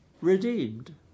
redeemed